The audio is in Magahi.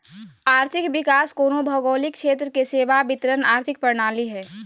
आर्थिक विकास कोनो भौगोलिक क्षेत्र के सेवा वितरण आर्थिक प्रणाली हइ